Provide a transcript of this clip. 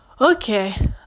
Okay